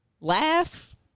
laugh